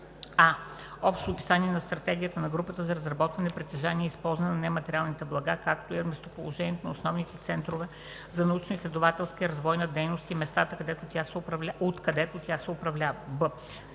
а) общо описание на стратегията на групата за разработване, притежаване и използване на нематериалните блага, както и местоположението на основните центрове за научноизследователска и развойна дейност и местата, откъдето тя се управлява; б)